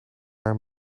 haar